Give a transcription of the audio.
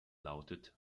lautet